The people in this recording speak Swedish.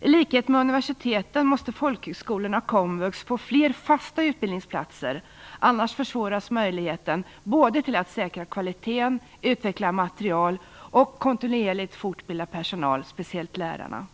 I likhet med universiteten måste folkhögskolorna och komvux få fler fasta utbildningsplatser. Annars försvåras möjligheten både till att säkra kvaliteten, utveckla materiel och kontinuerligt fortbilda personal, och då speciellt lärarna.